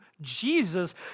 Jesus